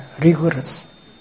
rigorous